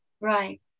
Right